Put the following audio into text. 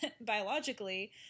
biologically